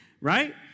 Right